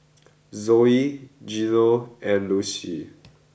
Zoey Geno and Lucie